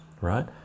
right